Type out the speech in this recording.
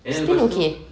still okay